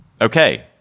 okay